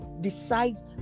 decides